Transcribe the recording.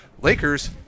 Lakers